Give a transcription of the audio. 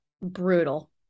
brutal